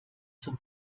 zum